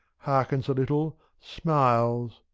hearkens a little, smiles,